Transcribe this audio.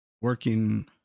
working